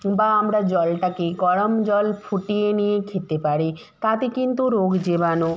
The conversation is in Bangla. বা আমরা জলটাকে গরম জল ফুটিয়ে নিয়ে খেতে পারি তাতে কিন্তু রোগ জীবাণু